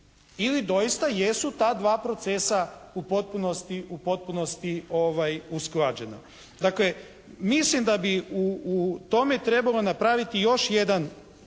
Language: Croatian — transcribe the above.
ili doista jesu ta dva procesa u potpunosti usklađena. Dakle, mislim da bi u tome trebalo napraviti još jedan